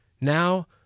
Now